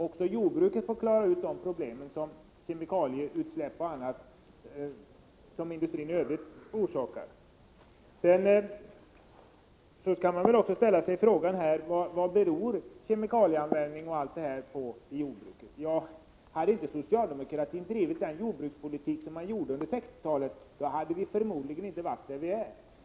Också jordbruket får försöka klara av de problem, i form av kemikalieutsläpp och annat, som industrin i övrigt orsakar. Sedan skall man också ställa sig frågan: Vad beror kemikalieanvändningen i jordbruket på? Hade inte socialdemokratin drivit den jordbrukspolitik man gjorde under 1960-talet hade vi förmodligen inte befunnit oss där vi nu befinner oss.